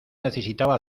necesitaba